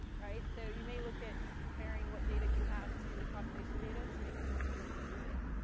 right? so you may look at comparing what data you have to population data to make it more clear for the user.